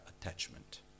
attachment